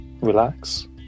relax